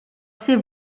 ser